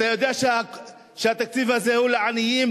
אתה יודע שהתקציב הזה הוא לעניים,